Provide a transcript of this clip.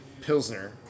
Pilsner